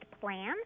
plan